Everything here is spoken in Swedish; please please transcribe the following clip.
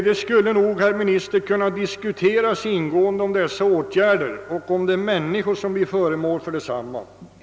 Men, herr inrikesminister, man skulle nog ganska ingående kunna diskutera om åtgärderna och om de människor som blir föremål för dem.